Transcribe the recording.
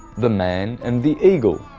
the man and the eagle.